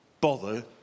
bother